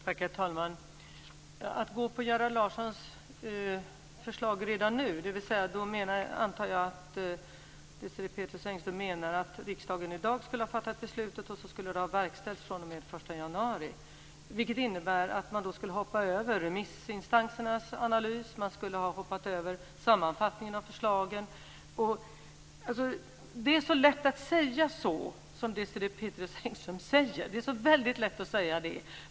Herr talman! Med att stödja Gerhard Larssons förslag redan nu antar jag att Desirée Pethrus Engström menar att riksdagen i dag skulle fatta beslutet och att det skulle verkställas fr.o.m. den 1 januari. Det innebär att man skulle hoppa över remissinstansernas analys och att man skulle hoppa över sammanfattningen av förslagen. Det är så lätt att säga så som Desirée Pethrus Engström säger. Det är så väldigt lätt att säga det.